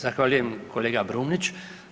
Zahvaljujem kolega Brumnić.